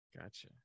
Gotcha